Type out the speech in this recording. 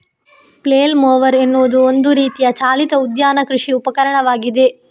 flail mower ಎನ್ನುವುದು ಒಂದು ರೀತಿಯ ಚಾಲಿತ ಉದ್ಯಾನ ಕೃಷಿ ಉಪಕರಣವಾಗಿದೆ